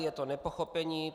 Je to nepochopení.